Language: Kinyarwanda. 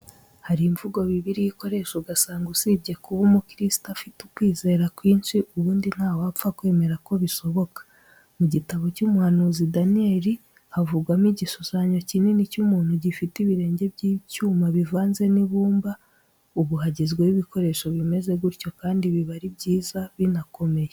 Hari imvugo Bibiliya ikoresha ugasanga usibye kuba umukirisitu afite ukwizera kwinshi, ubundi ntawapfa kwemera ko bishoboka. Mu gitabo cy'umuhanuzi Daniyeli, havugwamo igishushanyo kinini cy'umuntu gifite ibirenge by'icyuma kivanze n'ibumba. Ubu hagezweho ibikoresho bimeze gutyo kandi biba ari byiza, binakomeye.